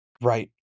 Right